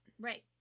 Right